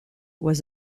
was